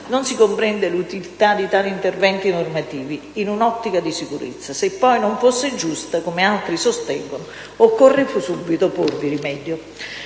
non si comprende l'utilità di tali interventi normativi in un'ottica di sicurezza; se poi non fosse giusta, come altri sostengono, occorre subito porvi rimedio.